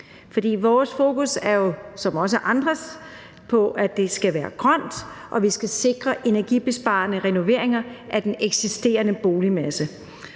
vores fokus er jo ligesom også andres på, at det skal være grønt, og at vi skal sikre energibesparende renoveringer af den eksisterende boligmasse.